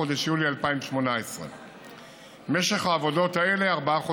חודש יולי 2018. משך העבודות האלה: ארבעה חודשים.